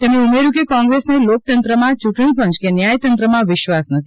તેમણે ઉમેર્યું કે કોંગ્રેસને લોકતંત્રમાં યૂંટણીપંચ કે ન્યાયતંત્રમાં વિશ્વાસ નથી